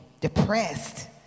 depressed